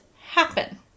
happen